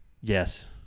Yes